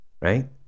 right